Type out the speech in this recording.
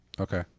okay